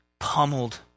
Pummeled